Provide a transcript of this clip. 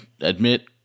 admit